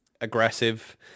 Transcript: aggressive